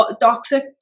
toxic